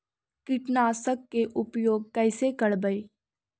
कीटनाशक के उपयोग कैसे करबइ?